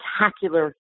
spectacular